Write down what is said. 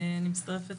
אני מצטרפת